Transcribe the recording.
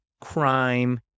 crime